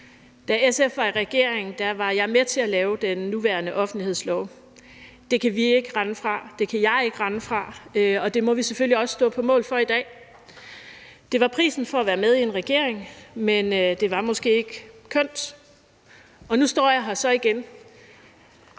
Da SF var i regering, var jeg med til at lave den nuværende offentlighedslov. Det kan vi ikke rende fra, det kan jeg ikke rende fra, og det må vi selvfølgelig også stå på mål for i dag. Det var prisen for at være med i en regering, men det var måske ikke kønt, og nu står jeg her så igen.